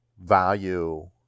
value